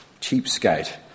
cheapskate